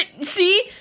See